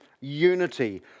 unity